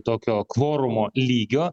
tokio kvorumo lygio